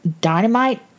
Dynamite